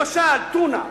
למשל, טונה.